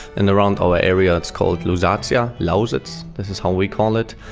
and around our area, it's called lusatia, lausitz, this is how we call it,